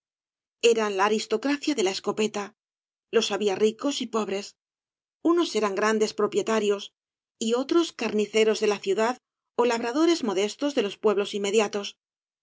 eran la aristocracia de la escopeta los había ricos y pobres unos eran grandes propietarios y otros carniceros de la ciudad ó labradores modestos de los pueblos inmediatos